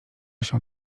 się